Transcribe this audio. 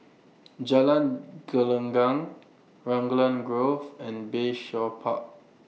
Jalan Gelenggang Raglan Grove and Bayshore Park